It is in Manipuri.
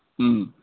ꯎꯝ